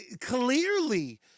clearly